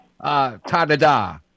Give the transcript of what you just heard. ta-da-da